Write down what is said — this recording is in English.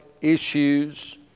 issues